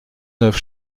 neuf